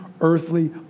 earthly